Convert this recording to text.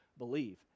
believe